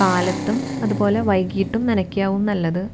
കാലത്തും അതുപോലെ വൈകിട്ടും നനക്കുകയാവും നല്ലത്